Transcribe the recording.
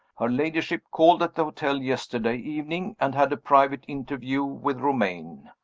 her ladyship called at the hotel yesterday evening, and had a private interview with romayne.